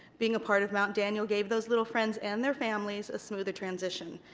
being a part of mount daniel gave those little friends and their families a smoother transition.